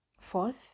fourth